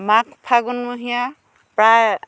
মাঘ ফাগুন মহীয়া প্ৰায়